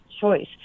choice